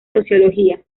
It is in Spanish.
sociología